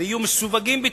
ויהיו מסווגים ביטחונית.